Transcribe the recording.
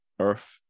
earth